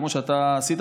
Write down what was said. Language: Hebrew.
כמו שאתה עשית,